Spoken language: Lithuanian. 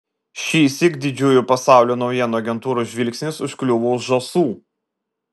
šįsyk didžiųjų pasaulio naujienų agentūrų žvilgsnis užkliuvo už žąsų